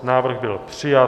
Návrh byl přijat.